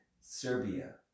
Serbia